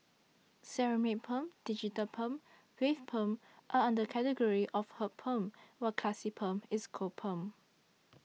ceramic perm digital perm wave perm are under category of hot perm while classic perm is cold perm